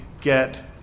get